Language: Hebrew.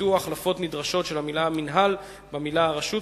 נשמטו החלפות נדרשות של המלה "המינהל" במלה "הרשות",